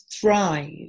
thrive